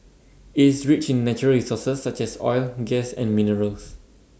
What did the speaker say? it's rich in natural resources such as oil gas and minerals